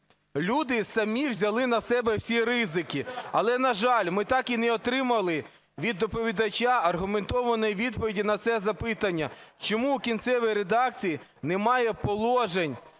люди самі взяли на себе всі ризики. Але, на жаль, ми так і не отримали від доповідача аргументованої відповіді на це запитання: чому в кінцевій редакції немає положень